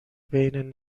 بین